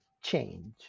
change